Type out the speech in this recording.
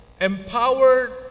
empowered